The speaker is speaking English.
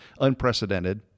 unprecedented